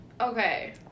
Okay